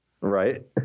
Right